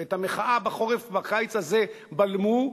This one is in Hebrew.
ואת המחאה בקיץ הזה בלמו,